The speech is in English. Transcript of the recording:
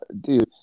dude